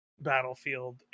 Battlefield